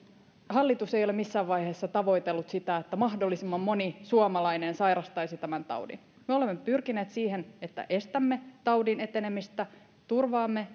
hallitus ei ole missään vaiheessa tavoitellut sitä että mahdollisimman moni suomalainen sairastaisi tämän taudin me olemme pyrkineet siihen että estämme taudin etenemistä turvaamme